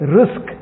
risk